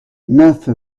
neuf